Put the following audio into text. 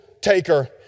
taker